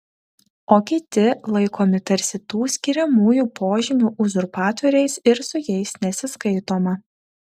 o kiti laikomi tarsi tų skiriamųjų požymių uzurpatoriais ir su jais nesiskaitoma